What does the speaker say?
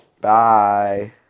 Bye